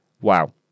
Wow